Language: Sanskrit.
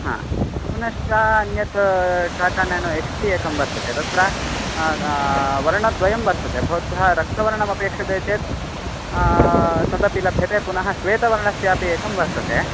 हा पुनश्च अन्यत् टाटा न्यानो एक्स् टि एकं वर्तते तत्र वर्णद्वयं वर्तते भवद्भ्यः रक्तवर्णमपेक्षते चेत् तदपि लभ्यते पुनः श्वेतवर्णस्यापि एकं वर्तते